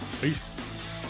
Peace